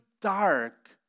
dark